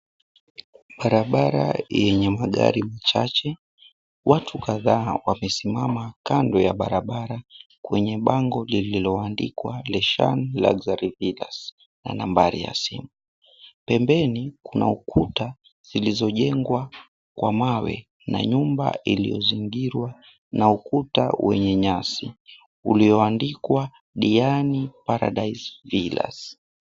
Barabara yenye magari chache watu kadhaa wamesimama kando ya barabara kwenye bango lililoandikwa "Leshan Luxury Villas " na nambari ya simu pembeni kuna ukuta zilizojengwa Kwa mawe na nyumba iliyozingirwa na ukuta wenye nyasi ulioandikwa "Diani Paradise Villas".